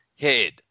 head